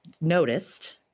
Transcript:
noticed